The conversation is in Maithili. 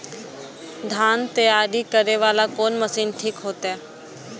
धान तैयारी करे वाला कोन मशीन ठीक होते?